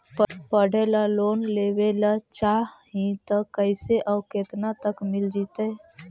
पढ़े ल लोन लेबे ल चाह ही त कैसे औ केतना तक मिल जितै?